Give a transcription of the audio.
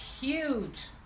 Huge